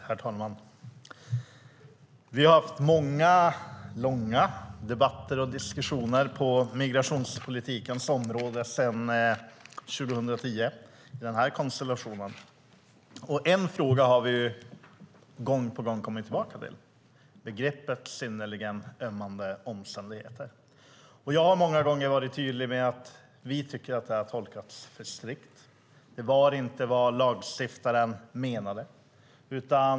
Herr talman! Vi har haft många långa debatter och diskussioner i den här konstellationen på migrationspolitikens område sedan 2010. En fråga har vi gång på gång kommit tillbaka till, nämligen begreppet "synnerligen ömmande omständigheter". Jag har många gånger varit tydlig med att vi tycker att det har tolkats för strikt. Det var inte vad lagstiftaren menade.